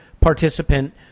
participant